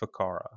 Fakara